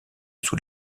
sous